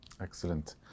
Excellent